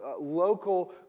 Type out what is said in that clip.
local